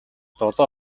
долоо